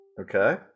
Okay